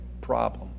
problem